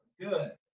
Good